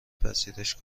پذیرش